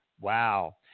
Wow